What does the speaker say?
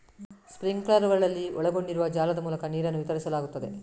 ಸ್ಪ್ರಿಂಕ್ಲರುಗಳಲ್ಲಿ ಒಳಗೊಂಡಿರುವ ಜಾಲದ ಮೂಲಕ ನೀರನ್ನು ವಿತರಿಸಲಾಗುತ್ತದೆ